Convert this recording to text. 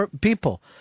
people